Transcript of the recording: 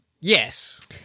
Yes